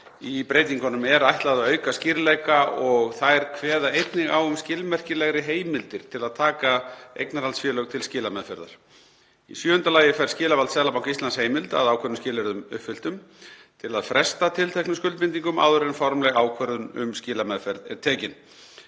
Breytingunum er ætlað að auka skýrleika og þær kveða einnig á um skilmerkilegri heimildir til að taka eignarhaldsfélög til skilameðferðar. Í sjöunda lagi fær skilavald Seðlabanka Íslands heimild, að ákveðnum skilyrðum uppfylltum, til að fresta tilteknum skuldbindingum áður en formleg ákvörðun um skilameðferð er tekin.